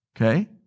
okay